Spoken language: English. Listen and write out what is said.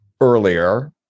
earlier